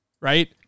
right